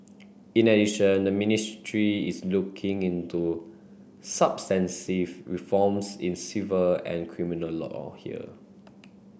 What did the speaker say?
in addition the ministry is looking into reforms in civil and criminal law on here